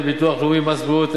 דמי ביטוח לאומי ומס בריאות,